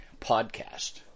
Podcast